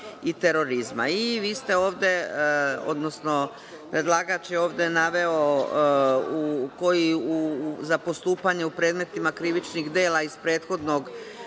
i terorizma. Predlagač je ovde naveo za postupanje u predmetima krivičnih dela iz prethodnog